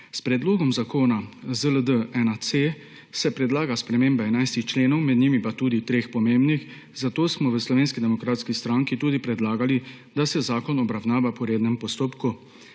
S predlogom zakona ZLD-1C se predlaga sprememba 11 členov, med njimi pa tudi treh pomembnih, zato smo v Slovenski demokratski stranki tudi predlagali, da se zakon obravnava po rednem postopku.